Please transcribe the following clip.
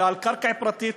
ועל קרקע פרטית,